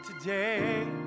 today